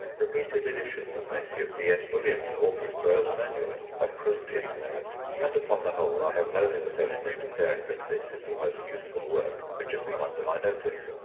repeated editions of messrs. b s. williams' orchid growers' manual have proved its merit, and, upon the whole, i have no hesitation in declaring that this is the most useful work which has come under my notice.